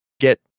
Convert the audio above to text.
get